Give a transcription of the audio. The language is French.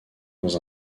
dans